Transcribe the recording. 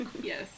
yes